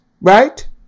right